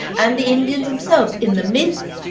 and the indians themselves in the myth,